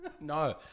No